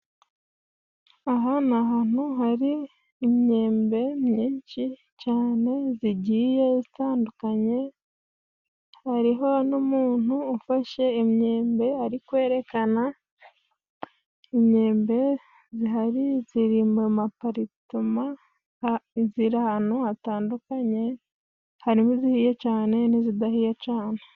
Aha ni ahantu hari imyembe nyinshi cane zigiye zitandukanye, hari ho n'umuntu ufashe imyembe ari kwerekana imyembe zihari ziri mu maparitoma, ziri ahantu hatandukanye hari mo izihiye cane n'izidahiye cane.